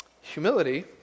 Humility